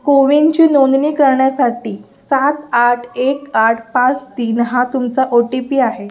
को विनची नोंदणी करण्यासाठी सात आठ एक आठ पाच तीन हा तुमचा ओ टी पी आहे